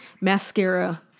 mascara